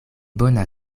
bona